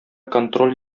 контроль